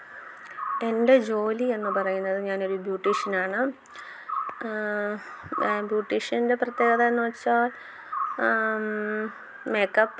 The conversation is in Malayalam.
എൻ്റെ ജോലി എന്ന് പറയുന്നത് ഞാൻ ഒരു ബ്യുട്ടീഷനാണ് ഞാൻ ബ്യുട്ടീഷൻ്റെ പ്രേത്യേകത എന്ന് വച്ചാൽ മേക്കപ്പ്